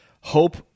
hope